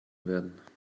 werden